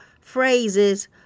phrases